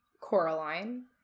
Coraline